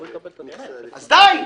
אז די.